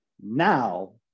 Now